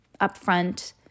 upfront